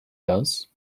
does